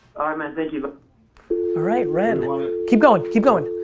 alright, man, thank you. but alright, ren. keep going, keep going.